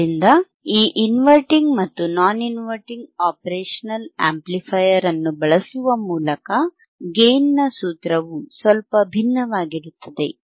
ಆದ್ದರಿಂದ ಈ ಇನ್ವರ್ಟಿಂಗ್ ಮತ್ತು ನಾನ್ ಇನ್ವರ್ಟಿಂಗ್ ಆಪರೇಶನಲ್ ಆಂಪ್ಲಿಫೈಯರ್ ಅನ್ನು ಬಳಸುವ ಮೂಲಕ ಗೇಯ್ನ್ ನ ಸೂತ್ರವು ಸ್ವಲ್ಪ ಭಿನ್ನವಾಗಿರುತ್ತದೆ